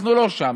אנחנו לא שם,